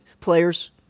players